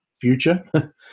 future